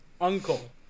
uncle